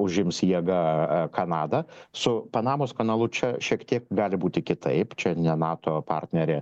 užims jėga kanadą su panamos kanalu čia šiek tiek gali būti kitaip čia ne nato partnerė